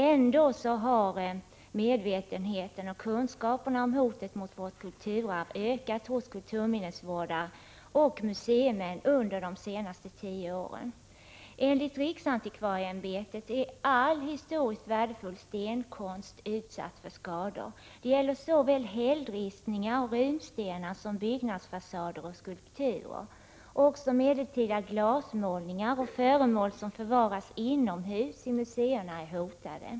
Ändå har medvetenheten och kunskaperna om hotet mot vårt kulturarv ökat hos kulturminnesvårdare och museimän under de senaste tio åren. Enligt riksantikvarieämbetet är all historiskt värdefull stenkonst utsatt för — Prot. 1986/87:129 skador. Det gäller såväl hällristningar och runstenar som byggnadsfasader 22 maj 1987 och skulpturer. Också medeltida glasmålningar och föremål som förvaras inomhus i museerna är hotade.